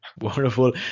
wonderful